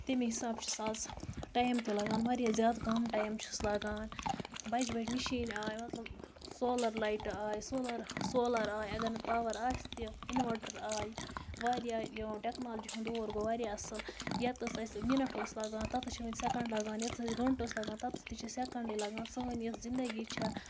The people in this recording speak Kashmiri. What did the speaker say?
تَمے حِساب چھِس آز ٹایم تہِ لَگان واریاہ زیادٕ کَم ٹایم چھُس لَگان بَجہِ بَجہِ مِشیٖن آے مَطلَب سولَر لایٹہٕ آیہِ سولَر سولَر آے اَگر نہٕ پاوَر آسہِ تہِ اِنوٲٹَر آیہِ واریاہ ٹٮ۪کنالجی ہُنٛد دور گوٚو واریاہ اَصٕل ییٚتہِ تھَس اَسہِ مِنٹ اوس لَگان تَتہِ تھَس چھِ وَنہِ سٮ۪کنٛڈ لَگان ییٚتہِ تھَس اَسہِ گٲنٛٹہٕ اوس لَگان تَتہِ تھَس تہِ چھِ سٮ۪کَنٛڈٕے لَگان سٲنۍ یۄس زندگی چھےٚ